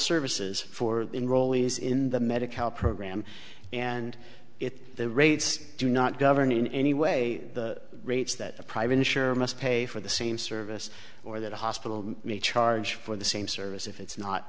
services for enrollees in the medicare program and if the rates do not govern in any way the rates that the private insurer must pay for the same service or that a hospital may charge for the same service if it's not